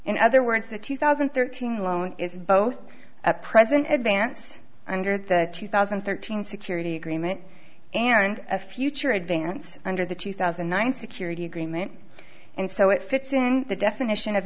in other words the two thousand and thirteen loan is both a present advance under the two thousand and thirteen security agreement and a future advance under the two thousand and nine security agreement and so it fits in the definition of